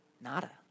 Nada